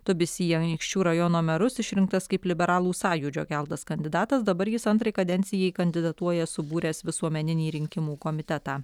tubis į anykščių rajono merus išrinktas kaip liberalų sąjūdžio keltas kandidatas dabar jis antrai kadencijai kandidatuoja subūręs visuomeninį rinkimų komitetą